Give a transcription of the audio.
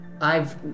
I've-